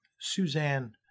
Suzanne